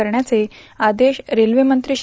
करण्याचे आदेश रेल्वेमंत्री श्री